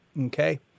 Okay